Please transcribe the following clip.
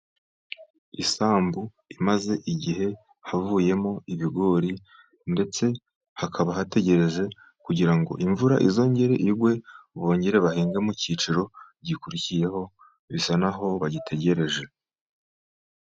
Isambu imaze igihe havuyemo ibigori, ndetse hakaba hategereje kugira ngo imvura izongere igwe, bongere bahinge mu cyiciro gikurikiyeho bisa n'aho bagitegereje.